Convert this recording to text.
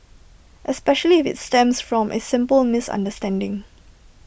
especially if IT stems from A simple misunderstanding